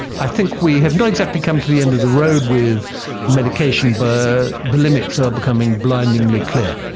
i think we have not exactly come to the end of the road with medication but the limits are becoming blindingly clear.